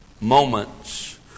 moments